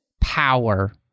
power